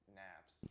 naps